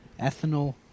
ethanol